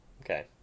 Okay